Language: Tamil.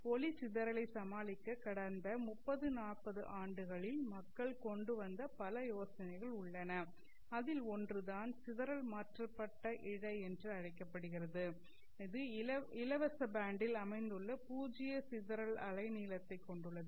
ஒளி சிதறலை சமாளிக்க கடந்த 30 40 ஆண்டுகளில் மக்கள் கொண்டு வந்த பல யோசனைகள் உள்ளன அதில் ஒன்று தான் சிதறல் மாற்றப்பட்ட இழை என்று அழைக்கப்படுகிறது இது இலவச பேண்டில் அமைந்துள்ள பூஜ்ஜிய சிதறல் அலைநீளத்தைக் கொண்டுள்ளது